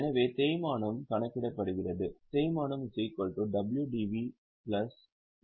எனவே தேய்மானம் கணக்கிடப்படுகிறது தேய்மானம் WDV தேய்மான வீதம்